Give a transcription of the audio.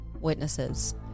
witnesses